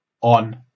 on